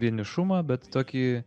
vienišumą bet tokį